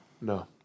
No